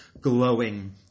glowing